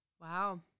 Wow